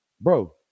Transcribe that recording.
Bro